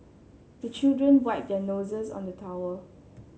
the children wipe their noses on the towel